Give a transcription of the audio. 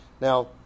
now